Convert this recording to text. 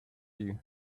you